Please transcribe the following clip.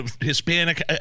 Hispanic